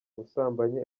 ubusambanyi